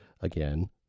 again